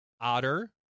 Otter